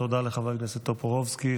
תודה לחבר הכנסת טופורובסקי.